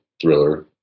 thriller